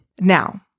Now